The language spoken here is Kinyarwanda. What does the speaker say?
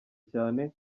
cyane